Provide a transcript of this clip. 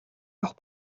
авах